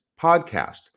podcast